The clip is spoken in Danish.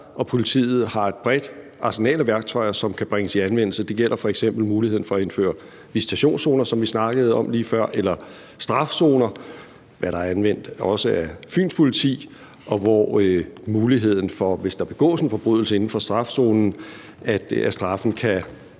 Politiet har et bredt arsenal af værktøjer, som kan bringes i anvendelse. Det gælder f.eks. muligheden for at indføre visitationszoner, som vi snakkede om lige før, eller strafzoner, hvad der er anvendt også af Fyns Politi, og hvor der er mulighed for, hvis der begås en forbrydelse inden for strafzonen, at straffen kan